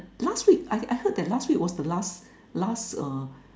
last week I I heard that last week was the last last uh